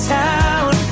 town